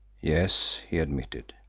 yes, he admitted.